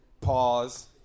pause